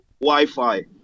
Wi-Fi